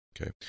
Okay